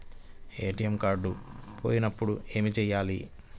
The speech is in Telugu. ఏ.టీ.ఎం కార్డు పోయినప్పుడు ఏమి చేయాలి?